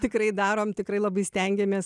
tikrai darom tikrai labai stengiamės